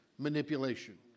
manipulation